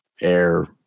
air